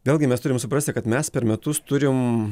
vėlgi mes turim suprasti kad mes per metus turim